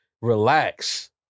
relax